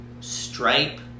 stripe